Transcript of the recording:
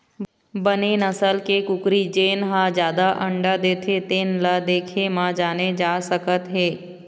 बने नसल के कुकरी जेन ह जादा अंडा देथे तेन ल देखे म जाने जा सकत हे